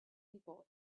people